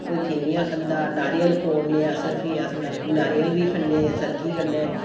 कोई फेवियां खंदा नारियल कोड़ने अस फ्ही अस नारियल बी खन्ने सर्गी कन्नै